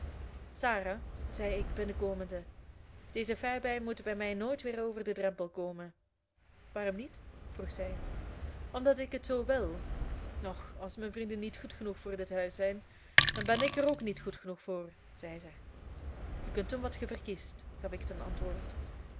sarah zeide ik binnenkomende deze fairbaim moet bij mij nooit weer over den drempel komen waarom niet vroeg zij omdat ik het zoo wil och als mijn vrienden niet goed genoeg voor dit huis zijn dan ben ik er ook niet goed genoeg voor zeide zij ge kunt doen wat ge verkiest gaf ik ten antwoord